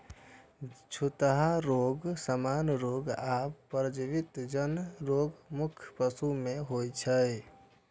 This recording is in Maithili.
छूतहा रोग, सामान्य रोग आ परजीवी जन्य रोग मुख्यतः पशु मे होइ छै